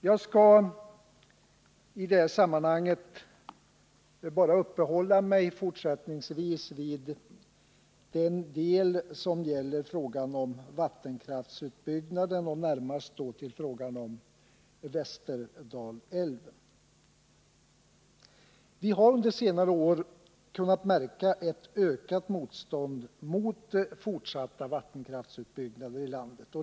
Jag skall i detta sammanhang fortsättningsvis uppehålla mig bara vid frågan om vattenkraftsutbyggnaden och då närmast utbyggnaden av Västerdalälven. Vi har under senare år kunnat märka ett ökat motstånd mot fortsatt vattenkraftsutbyggnad i landet.